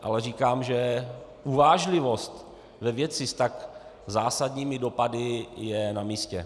Ale říkám, že uvážlivost ve věci s tak zásadními dopady je namístě.